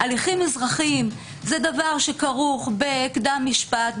הליכים אזרחיים זה דבר שכרוך בקדם משפט,